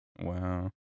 Wow